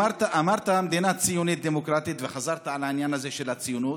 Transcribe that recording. אמרת מדינה ציונית-דמוקרטית וחזרת על העניין הזה של הציונות.